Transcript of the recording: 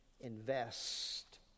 invest